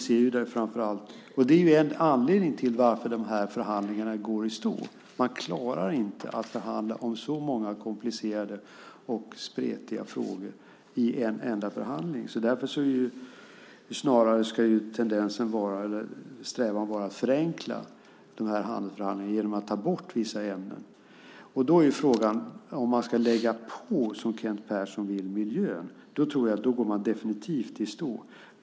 Det är en anledning till att dessa förhandlingar går i stå. Man klarar inte att förhandla om så många komplicerade och spretiga frågor i en enda förhandling. Därför ska strävan snarare vara att förenkla de här förhandlingarna genom att ta bort vissa ämnen. Frågan är om man ska lägga på, som Kent Persson vill, miljön. Då tror jag att man definitivt går i stå.